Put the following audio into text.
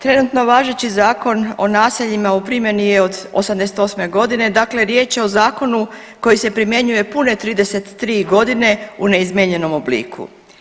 Trenutno važeći Zakon o naseljima u primjeni je od '88.g., dakle riječ je o zakonu koji se primjenjuje pune 33.g. u neizmijenjenom obliku.